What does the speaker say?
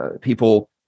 people